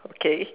okay